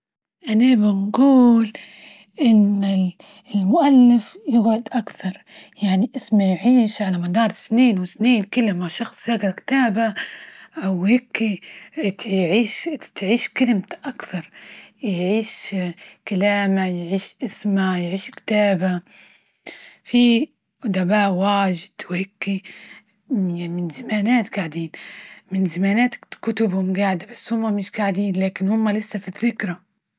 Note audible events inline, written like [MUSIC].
أنا بنجول إن ال-المؤلف يقعد أكثر، يعني إسمه يعيش على مدار سنين وسنين، كل ما شخص ذاكر كتابة أو هيكي [HESITATION] تعيش كلمة أكثر، يعيش كلامه، يعيش [HESITATION] إسمه، يعيش كتابه في أدباء واجد وهيكي من-من زمانات جاعدين، من زمانات كتبهم جاعدة، بس هما مش قاعدين لكن هما لسه في الذكرى.